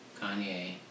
Kanye